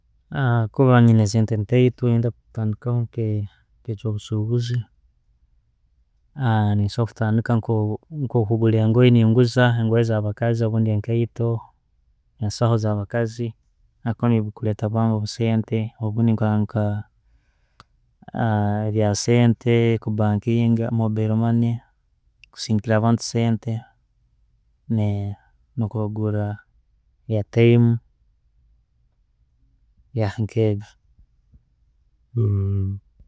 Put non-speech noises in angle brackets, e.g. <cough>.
<hesitation> kubanina sente ntaito, noyenda kutandikaho nke ekyobusubuzi, <hesitation> nensobora kutandika nko okugura engoye nensubuuza engoye za bakazi obundi enkaito, ensaho zabakazi, habwokuba bikuleta bwangu obusente. Obundi nka ebya sente, kubankinga, mobile money kusindikira abantu sente no kubagura airtime <hesitation> nkebyo. <hesitation>